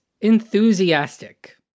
enthusiastic